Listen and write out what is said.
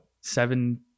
seven